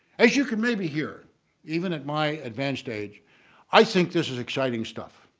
as you can maybe hear even at my advanced age i think this is exciting stuff.